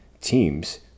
teams